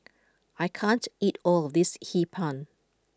I can't eat all of this Hee Pan